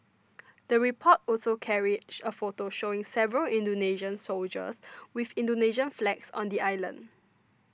the report also carried a photo showing several Indonesian soldiers with Indonesian flags on the island